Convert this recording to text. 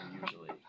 usually